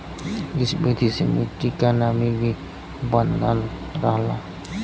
इ विधि से मट्टी क नमी भी बनल रहला